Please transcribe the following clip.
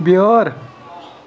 بیٛٲر